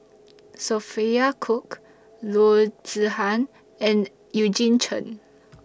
Sophia Cooke Loo Zihan and Eugene Chen